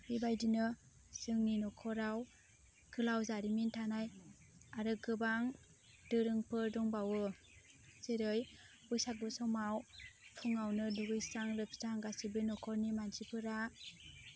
बेबायदिनो जोंनि न'खराव गोलाव जारिमिन थानाय आरो गोबां दोरोंफोर दंबावो जेरै बैसागु समाव फुङावनो दुगैस्रां लोबस्रां गासिबो न'खरनि मानसिफोरा